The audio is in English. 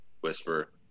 whisper